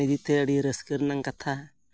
ᱤᱧ ᱡᱚᱢ ᱨᱮᱱᱟᱜ ᱫᱚ ᱦᱩᱭᱩᱜ ᱠᱟᱱᱟ